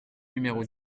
numéro